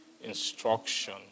instruction